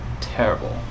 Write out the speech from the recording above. terrible